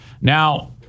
Now